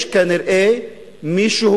יש כנראה מישהו,